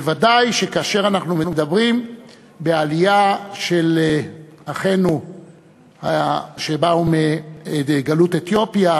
וודאי שכאשר אנחנו מדברים בעלייה של אחינו שבאו מגלות אתיופיה,